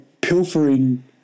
pilfering